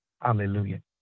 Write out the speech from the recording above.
Hallelujah